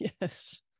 yes